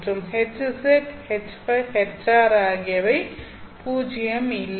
மற்றும் HZ HØ HR ஆகியவை பூஜ்ஜியம் இல்லை